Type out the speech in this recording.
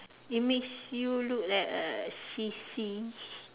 it makes you look like a sissy